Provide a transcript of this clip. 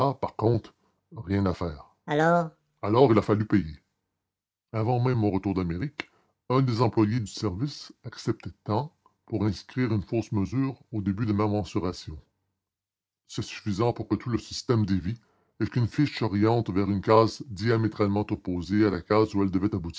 rien à faire alors alors il a fallu payer avant même mon retour d'amérique un des employés du service acceptait tant pour inscrire une fausse mesure au début de ma mensuration c'est suffisant pour que tout le système dévie et qu'une fiche s'oriente vers une case diamétralement opposée à la case où